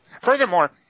Furthermore